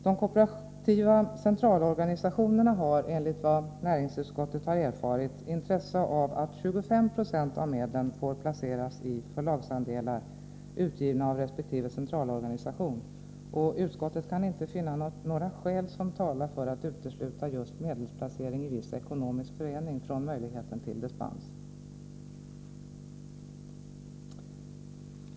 De kooperativa centralorganisationerna har, enligt vad näringsutskottet erfarit, intresse av att 25 20 av medlen får placeras i förlagsandelsbevis utgivna av resp. centralorganisation, och utskottet kan inte finna några skäl som talar för att utesluta just medelsplacering i viss ekonomisk förening från möjligheten till dispens.